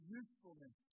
usefulness